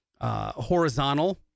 horizontal